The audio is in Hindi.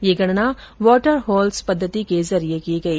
यह गणना वॉटर होल्स पद्धति के जरिए की गई